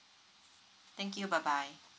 thank you bye bye